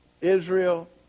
Israel